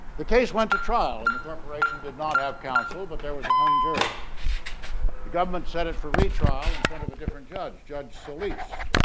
the case went to trial in the corporation did not have counsel, but there was a hung jury the government said it for retrial in front of a different judge judge solis,